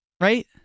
Right